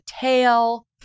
tail